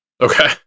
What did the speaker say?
okay